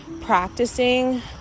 practicing